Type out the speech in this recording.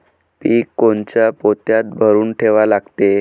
पीक कोनच्या पोत्यात भरून ठेवा लागते?